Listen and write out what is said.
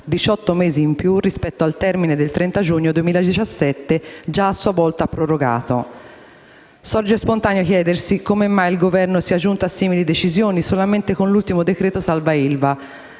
mesi in più rispetto al termine del 30 giugno 2017, già a sua volta prorogato. Sorge spontaneo chiedersi come mai il Governo sia giunto a simili decisioni solamente con l'ultimo decreto-legge salva